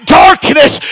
darkness